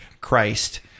christ